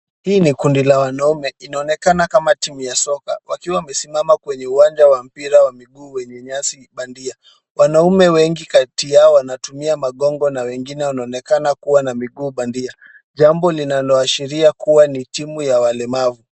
Hii ni kundi la wanaume inaonekana kama timu ya soka wakiwa wamesimama kwenye uwanja wa mpira wa miguu wenye nyasi bandia. Wanaume wengi kati yao wanatumia magongo na wengine wanaonekana kuwa na miguu bandia, jambo linaloashiria kuwa ni timu ya walemavu.